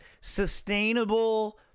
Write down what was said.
sustainable